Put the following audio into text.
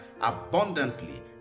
abundantly